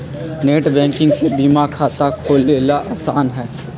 net banking से बीमा खाता खोलेला आसान हई